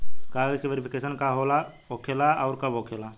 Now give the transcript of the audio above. कागज के वेरिफिकेशन का हो खेला आउर कब होखेला?